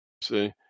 See